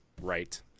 right